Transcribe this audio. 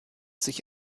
sich